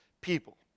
people